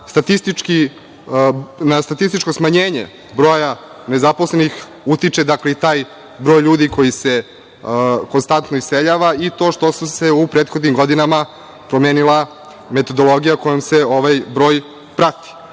na statističko smanjenje broja nezaposlenih utiče i taj broj ljudi koji se konstantno iseljava i to što su se u prethodnim godinama promenila metodologija, kojom se ovaj broj prati. Dakle,